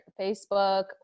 Facebook